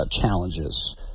challenges